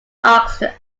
asked